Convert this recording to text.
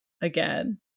again